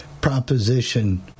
proposition